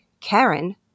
Karen